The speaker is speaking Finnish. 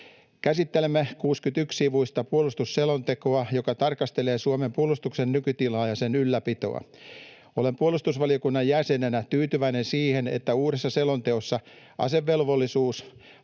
Käsittelemme 61-sivuista puolustusselontekoa, joka tarkastelee Suomen puolustuksen nykytilaa ja sen ylläpitoa. Olen puolustusvaliokunnan jäsenenä tyytyväinen siihen, että uudessa selonteossa asevelvollisuus,